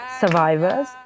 survivors